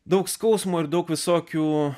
daug skausmo ir daug visokių